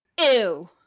Ew